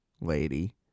lady